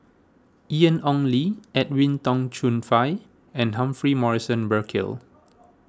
Ian Ong Li Edwin Tong Chun Fai and Humphrey Morrison Burkill